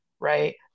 right